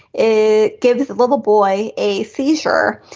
it gives a little boy a seizure.